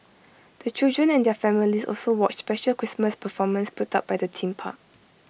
the children and their families also watched special Christmas performances put up by the theme park